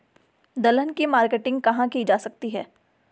दलहन की मार्केटिंग कहाँ की जा सकती है?